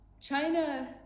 China